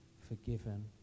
forgiven